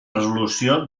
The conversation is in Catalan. resolució